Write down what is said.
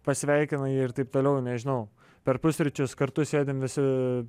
pasveikina jį ir taip toliau nežinau per pusryčius kartu sėdim visi